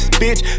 bitch